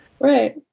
Right